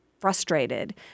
frustrated